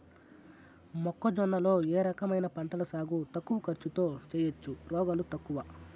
మొక్కజొన్న లో ఏ రకమైన పంటల సాగు తక్కువ ఖర్చుతో చేయచ్చు, రోగాలు తక్కువ?